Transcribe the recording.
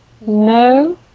No